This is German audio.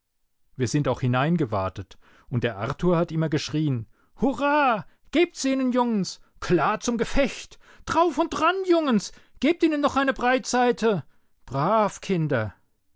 wir sind auch hineingewatet und der arthur hat immer geschrien hurra gebt's ihnen jungens klar zum gefecht drauf und dran jungens gebt ihnen noch eine breitseite brav kinder